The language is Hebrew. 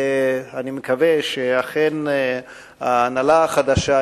ואני מקווה שאכן ההנהלה החדשה,